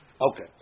Okay